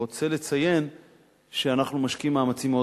רוצה לציין שאנחנו משקיעים מאמצים מאוד